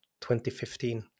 2015